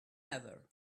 ever